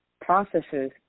processes